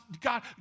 God